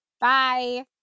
Bye